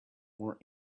more